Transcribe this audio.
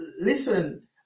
listen